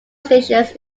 stations